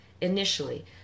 initially